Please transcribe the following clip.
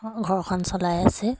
ঘৰখন চলাই আছে